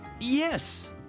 yes